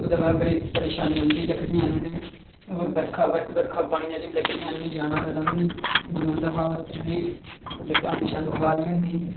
ते ओह्दे परा परेशानी आंदी ही लकड़ी आह्नने गी होर क बर्खा पानियै च लकड़ी आह्नने गी जाना होऐ तां बी जनोंदा हा ते अग्ग बालनी होंदी ही